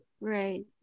Right